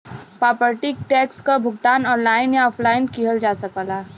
property tax क भुगतान online या ऑफलाइन किहल जा सकला